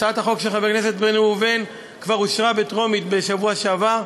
הצעת החוק של חבר הכנסת בן ראובן כבר אושרה בקריאה טרומית בשבוע שעבר,